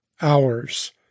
hours